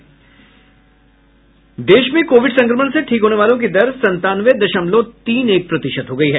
देश में कोविड संक्रमण से ठीक होने वालों की दर संतानवे दशमलव तीन एक प्रतिशत हो गई है